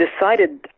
decided